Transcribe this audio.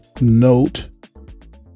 Note